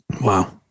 Wow